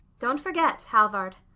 don't forget, halvard.